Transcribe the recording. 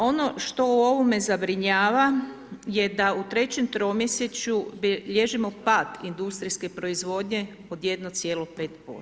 Ono što u ovome zabrinjava da u trećem tromjesečju bilježimo pad industrijske proizvodnje od 1,5%